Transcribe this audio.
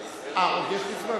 עוד יש לי זמן?